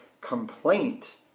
complaint